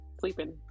sleeping